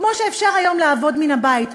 כמו שאפשר היום לעבוד מן הבית,